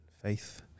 faith